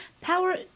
power